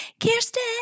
Kirsten